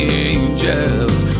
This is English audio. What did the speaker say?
angels